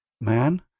man